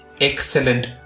excellent